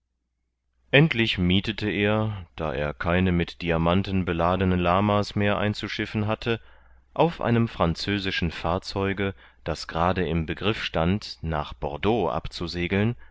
endlich miethete er da er keine mit diamanten beladene lama's mehr einzuschiffen hatte auf einem französischen fahrzeuge das gerade im begriff stand nach bordeaux abzusegeln